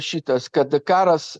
šitas kad karas